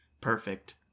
Perfect